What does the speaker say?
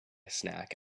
snack